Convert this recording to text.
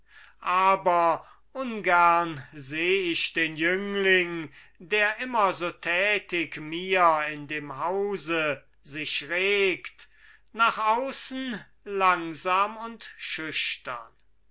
aber ungern seh ich den jüngling der immer so tätig mir in dem hause sich regt nach außen langsam und schüchtern